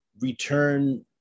return